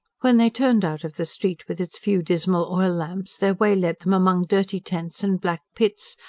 when they turned out of the street with its few dismal oil-lamps, their way led them among dirty tents and black pits,